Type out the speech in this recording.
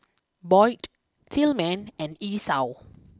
Boyd Tillman and Esau